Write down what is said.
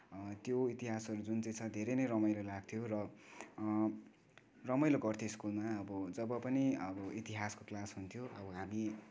त्यो इतिहासहरू जुन चाहिँ छ धेरै नै रमाइलो लाग्थ्यो र रमाइलो गर्थ्यौँ स्कुलमा अब जब पनि अब इतिहासको क्लास हुन्थ्यो अब हामी